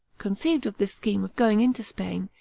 conceived of this scheme of going into spain,